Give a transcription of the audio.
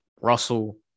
Russell